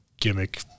gimmick